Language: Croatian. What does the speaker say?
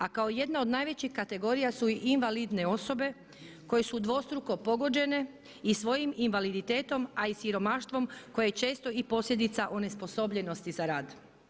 A kao jedna od najvećih kategorija su invalidne osobe koje su dvostruko pogođene i svojim invaliditetom a i siromaštvom koje je često i posljedica onesposobljenosti za rad.